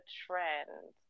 trend